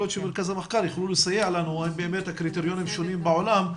יכול להיות שמרכז המחקר יוכלו לסייע לנו בקריטריונים שונים בעולם,